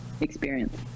experience